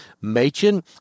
Machen